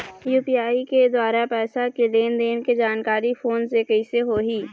UPI के द्वारा पैसा के लेन देन के जानकारी फोन से कइसे होही?